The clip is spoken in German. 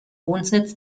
wohnsitz